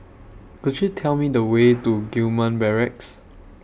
Could YOU Tell Me The Way to Gillman Barracks